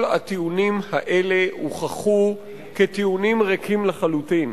כל הטיעונים האלה הוכחו כטיעונים ריקים לחלוטין.